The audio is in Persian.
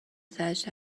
زجر